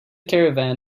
caravan